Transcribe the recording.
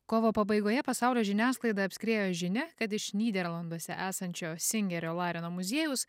kovo pabaigoje pasaulio žiniasklaidą apskriejo žinia kad iš nyderlanduose esančio singerio lareno muziejaus